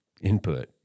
input